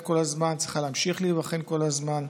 כל הזמן וצריכה להמשיך להיבחן כל הזמן.